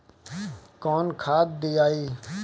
कौन खाद दियई?